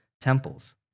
temples